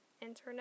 Internet